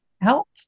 help